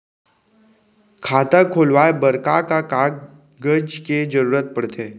खाता खोलवाये बर का का कागज के जरूरत पड़थे?